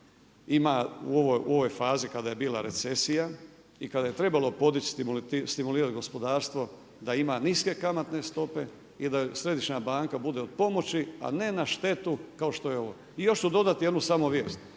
ima u ovoj fazi kada je bila recesija i kada je trebalo podići, stimulirat gospodarstvo da ima niske kamatne stope i da središnja banka bude od pomoći, a ne na štetu kao što je ova. I još ću dodati samo jednu vijest.